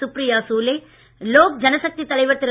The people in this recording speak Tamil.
சுப்ரியா சூலே லோக் ஜனசக்தி தலைவர் திரு